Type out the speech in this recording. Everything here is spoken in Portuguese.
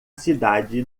cidade